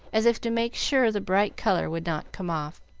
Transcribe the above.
as if to make sure the bright color would not come off.